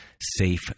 safe